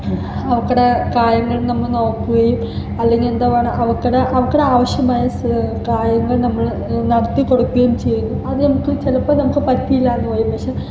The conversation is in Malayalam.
അവക്കടെ കാര്യങ്ങൾ നമ്മൾ നോക്കുകയും അല്ലെങ്കിൽ എന്താവേണ അവക്കടെ അവക്കടെ ആവശ്യമായ സ് കാര്യങ്ങൾ നമ്മൾ നടത്തിക്കൊടുക്കുകയും ചെയ്യുക അത് നമുക്ക് ചിലപ്പോൾ നമുക്ക് പറ്റിയില്ലാന്ന് വരും പക്ഷെ